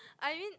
I mean